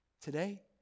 today